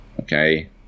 okay